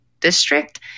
district